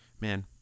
man